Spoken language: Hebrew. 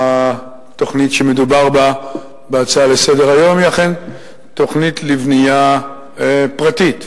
התוכנית שמדובר בה בהצעה לסדר-היום היא אכן תוכנית לבנייה פרטית.